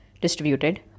distributed